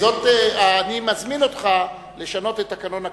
אני מזמין אותך לשנות את תקנון הכנסת,